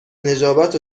نجابت